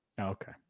Okay